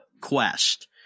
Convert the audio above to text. quest